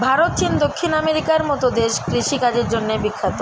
ভারত, চীন, দক্ষিণ আমেরিকার মতো দেশ কৃষি কাজের জন্যে বিখ্যাত